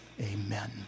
Amen